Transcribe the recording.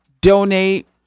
donate